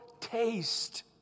taste